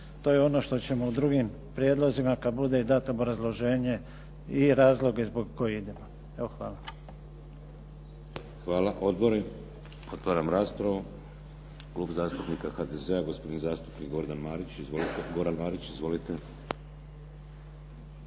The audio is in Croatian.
to je ono što ćemo u drugim prijedlozima kada bude i dati obrazloženje i razloge zbog kojih idemo. Evo, hvala. **Šeks, Vladimir (HDZ)** Hvala. Odbori? Otvaram raspravu. Klub zastupnika HDZ-a, gospodin zastupnik Goran Marić, izvolite.